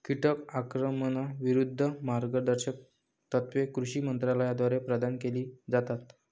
कीटक आक्रमणाविरूद्ध मार्गदर्शक तत्त्वे कृषी मंत्रालयाद्वारे प्रदान केली जातात